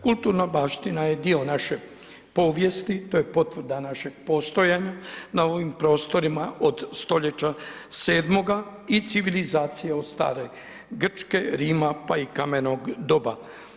Kulturna baština je dio naše povijesti, to je potvrda našeg postojanja na ovim prostorima od stoljeća sedmoga i civilizacije od stare Grčke, Rima pa i kamenog doba.